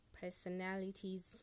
personalities